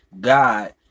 God